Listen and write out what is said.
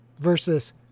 versus